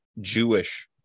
Jewish